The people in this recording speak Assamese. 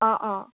অঁ অঁ